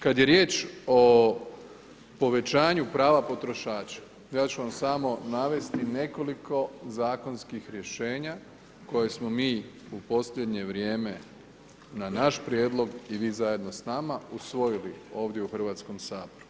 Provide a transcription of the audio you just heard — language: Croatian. Kad je riječ o povećanja prava potrošača, ja ću vam samo navesti nekoliko zakonskih rješenja koja smo mi u posljednje vrijeme na naš prijedlog i vi zajedno s nama, usvojili ovdje u Hrvatskom saboru.